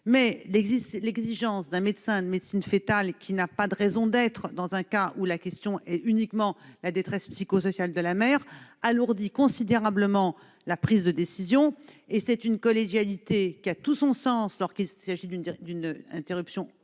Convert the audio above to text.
dans le collège d'un médecin de médecine foetale, qui n'a pas de raison d'être dans des cas où la question est uniquement celle de la détresse psychosociale de la mère, alourdit considérablement la prise de décision. La collégialité a tout son sens lorsqu'il s'agit d'une interruption réellement